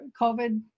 COVID